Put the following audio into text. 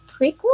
prequel